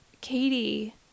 Katie